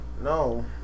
No